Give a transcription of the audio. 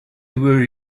were